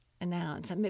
announce